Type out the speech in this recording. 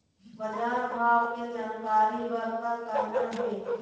बजार भाव के जानकारी बर का करना हे?